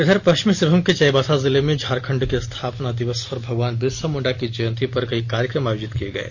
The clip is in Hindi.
इधर पश्चिमी सिंहभूम के चाईबासा जिले में झारखंड राज्य के स्थापना दिवस और भगवान बिरसा मुंडा की जयंती पर कई कार्यक्रम आयोजित किये गये